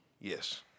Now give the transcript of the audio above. Yes